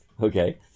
Okay